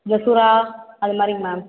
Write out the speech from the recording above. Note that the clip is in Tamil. இந்த சுறா அது மாதிரிங்க மேம்